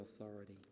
authority